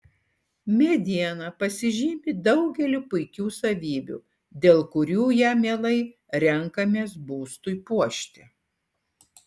mediena pasižymi daugeliu puikių savybių dėl kurių ją mielai renkamės būstui puošti